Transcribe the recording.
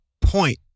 point